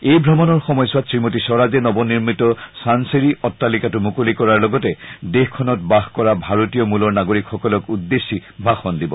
এই ভ্ৰমণৰ সময়ছোৱাত শ্ৰীমতী স্বৰাজে নৱ নিৰ্মিত চানচেৰী অট্টালিকাটো মুকলি কৰাৰ লগতে দেশখনত বাস কৰা ভাৰতীয় মূলৰ নাগৰিকসকলক উদ্দেশ্যি ভাষণ দিব